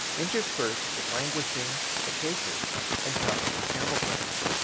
interspersed with languishing acacias and tufts of camel-grass.